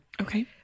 Okay